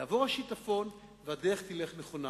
יעבור השיטפון והדרך תלך נכונה.